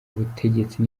butegetsi